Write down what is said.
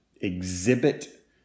exhibit